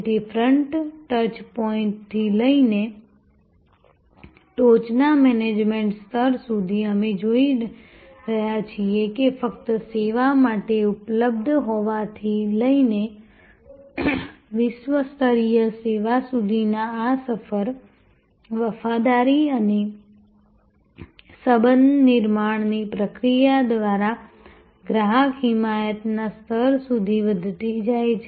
તેથી front touch પોઈન્ટથી લઈને ટોચના મેનેજમેન્ટ સ્તર સુધી અમે જોઈ રહ્યા છીએ કે ફક્ત સેવા માટે ઉપલબ્ધ હોવાથી લઈને વિશ્વસ્તરીય સેવા સુધીની આ સફર વફાદારી અને સંબંધ નિર્માણની પ્રક્રિયા દ્વારા ગ્રાહક હિમાયતના સ્તર સુધી વધતી જાય છે